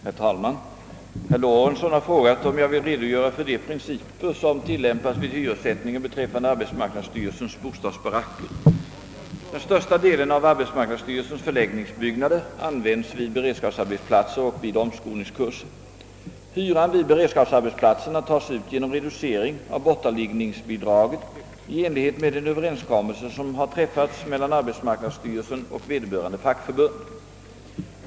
Herr talman! Herr Lorentzon har frågat, om jag vill redogöra för de principer som tillämpas vid hyressättningen beträffande arbetsmarknadsstyrelsens bostadsbaracker. Den största delen av arbetsmarknadsstyrelsens förläggningsbyggnader används vid beredskapsarbetsplatser och vid omskolningskurser. Hyran vid beredskapsarbetsplatserna tas ut genom reducering av bortaliggningsbidraget i enlighet med en överenskommelse som har träffats mellan arbetsmarknadsstyrelsen och vederbörande fackförbund.